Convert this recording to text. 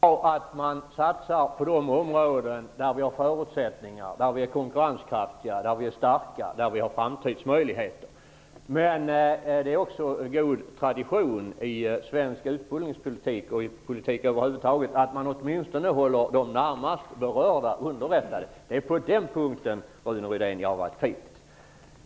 Herr talman! Det är bra att man satsar på de områden där vi har förutsättningar att konkurrera, kan vara starka och ha framtidsmöjligheter. Men det är också av god tradition i svensk utbildningspolitik och i politik över huvud taget att åtminstone hålla de närmast berörda underrättade. Det är på den punkten, Rune Rydén, som jag har varit kritisk.